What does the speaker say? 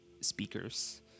speakers